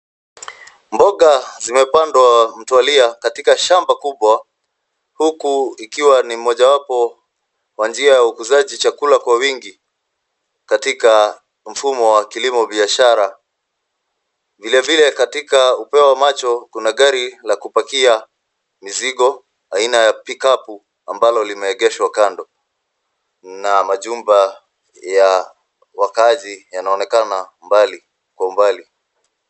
Mboga zimepandwa mtawalia katika shamba kubwa huku ikiwa ni mojawapo wa njia ya ukuzaji chakula kwa wingi, katika mfumo wa kilimo cha biashara. Vilivile katika upeo wa macho kuna gari la kupakia mizigo aina ya(cs) pick-up(cs) ambalo limeegeshwa kando, na majumba ya wakaazi yanaonekana kwa umbali.